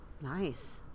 nice